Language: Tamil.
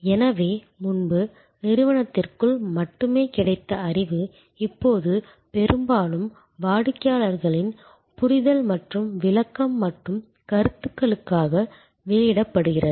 எனவே முன்பு நிறுவனத்திற்குள் மட்டுமே கிடைத்த அறிவு இப்போது பெரும்பாலும் வாடிக்கையாளரின் புரிதல் மற்றும் விளக்கம் மற்றும் கருத்துகளுக்காக வெளியிடப்படுகிறது